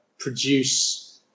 produce